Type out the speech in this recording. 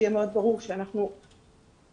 שיהיה ברור מאוד שאנחנו מתעקשים,